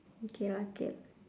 okay lah okay lah